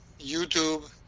YouTube